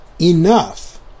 enough